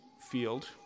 field